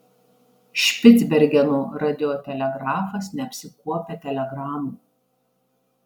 špicbergeno radiotelegrafas neapsikuopia telegramų